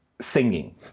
singing